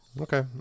okay